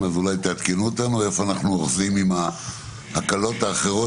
איפה אנחנו אוחזים עם ההקלות האחרות